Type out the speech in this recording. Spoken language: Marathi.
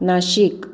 नाशिक